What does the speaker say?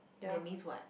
that means what